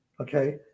Okay